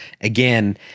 again